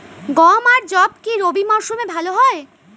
গম আর যব কি রবি মরশুমে ভালো হয়?